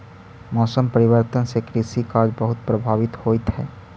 मौसम परिवर्तन से कृषि कार्य बहुत प्रभावित होइत हई